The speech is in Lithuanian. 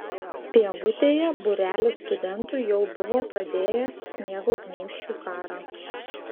pievutėje būrelis studentų jau buvo pradėjęs sniego gniūžčių karą